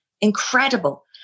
incredible